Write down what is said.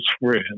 friend